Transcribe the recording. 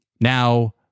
Now